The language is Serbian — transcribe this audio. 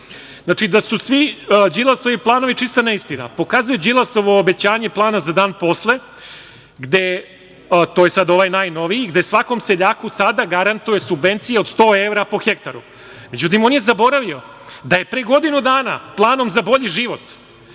da su svi Đilasovi planovi čista neistina pokazuje Đilasovo obećanje plana za dan posle, to je sad ovaj najnoviji, gde svakom seljaku sada garantuje subvencije od 100 evra po hektaru. Međutim, on je zaboravio da je pre godinu dana planom za bolji život